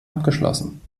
abgeschlossen